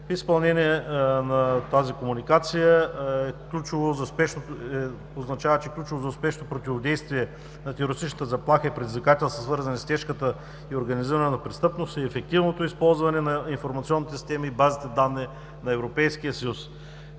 Изпълнение на тази комуникация означава, че ключово за успешното противодействие на терористичната заплаха и предизвикателства, свързани с тежката и организирана престъпност, е ефективното използване на информационните системи и базите данни на Европейския съюз.